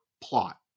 plot